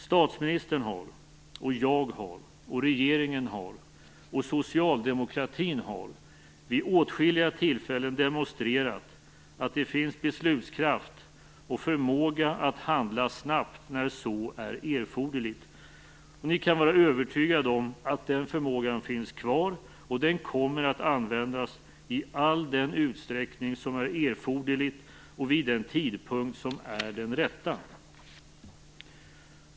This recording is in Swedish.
Statsministern har, jag har, regeringen har och socialdemokratin har vid åtskilliga tillfällen demonstrerat att det finns beslutskraft och förmåga att handla snabbt när så är erforderligt. Ni kan vara övertygade om att den förmågan finns kvar. Den kommer att användas i all den utsträckning som är erforderlig och vid den tidpunkt som är den rätta.